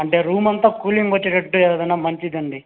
అంటే రూమంతా కూలింగ్ వచ్చేటట్టు ఏదైనా మంచిదండి